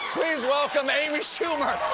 please welcome amy schumer!